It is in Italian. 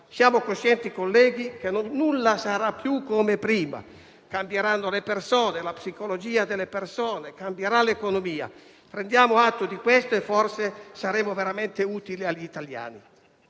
del Governo, colleghi, che nulla sarà più come prima: cambieranno le persone e la loro psicologia e cambierà l'economia. Prendiamo atto di questo e forse saremo veramente utili agli italiani.